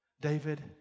David